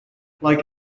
like